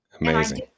Amazing